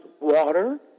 water